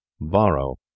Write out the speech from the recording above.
Borrow